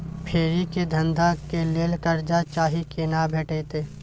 फेरी के धंधा के लेल कर्जा चाही केना भेटतै?